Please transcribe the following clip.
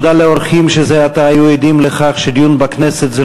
תודה לאורחים שזה עתה היו עדים לכך שדיון בכנסת זה